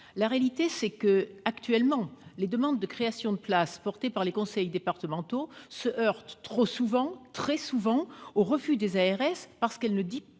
la réalité, c'est que, actuellement, les demandes de création de places portées par les conseils départementaux se heurtent très souvent- trop souvent ! -au refus des ARS, qui ne disposent pas